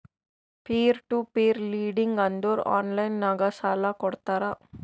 peer to peer lending ಅಂದುರ್ online ನಾಗ್ ಸಾಲಾ ಕೊಡ್ತಾರ